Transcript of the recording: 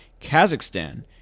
Kazakhstan